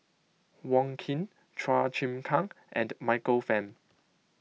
Wong Keen Chua Chim Kang and Michael Fam